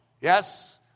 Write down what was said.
Yes